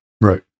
right